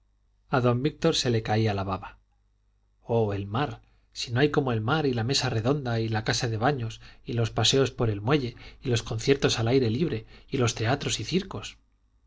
a don víctor se le caía la baba oh el mar si no hay como el mar y la mesa redonda y la casa de baños y los paseos por el muelle y los conciertos al aire libre y los teatros y circos